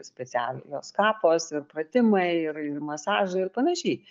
specialios kapos ir pratimai ir masažai ir panašiai